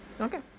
Okay